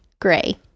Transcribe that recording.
Gray